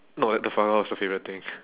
not like the foie gras was your favourite thing